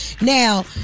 Now